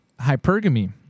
hypergamy